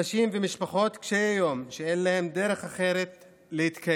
אנשים ומשפחות קשי יום שאין להם דרך אחרת להתקיים.